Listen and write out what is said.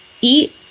eat